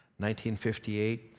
1958